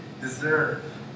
deserve